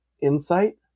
insight